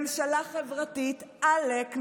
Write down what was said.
ממשלה חברתית עלק.